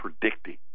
predicting